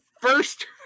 first